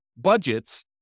budgets